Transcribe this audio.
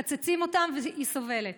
אני מסביר לך.